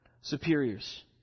superiors